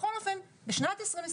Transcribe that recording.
בכל אופן, בשנת 2021